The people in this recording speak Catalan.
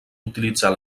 utilitzar